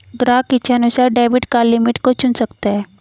ग्राहक इच्छानुसार debit card limit को चुन सकता है